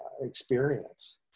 experience